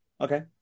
Okay